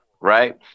right